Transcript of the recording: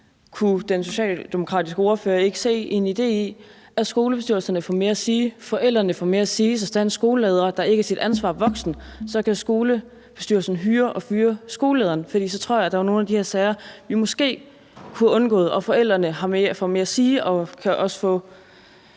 Kunne den socialdemokratiske ordfører ikke se en idé i, at skolebestyrelserne får mere at sige, forældrene får mere at sige, så den skoleleder, der ikke er sit ansvar voksent, kan blive fyret af skolebestyrelsen? For så tror jeg, at der var nogle af de her sager, som vi måske kunne have undgået. Forældrene får mere at sige, og de kan også få